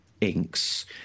inks